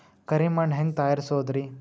ಕರಿ ಮಣ್ ಹೆಂಗ್ ತಯಾರಸೋದರಿ?